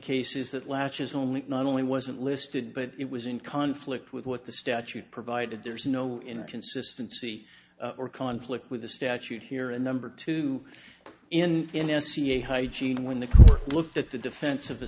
case is that latches only not only wasn't listed but it was in conflict with what the statute provided there is no inner consistency or conflict with the statute here a number two in in a ca hygiene when the looked at the defense of the